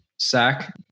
Sack